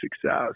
success